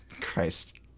Christ